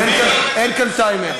אין כאן טיימר.